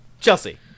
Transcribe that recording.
chelsea